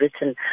written